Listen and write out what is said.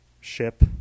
ship